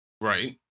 Right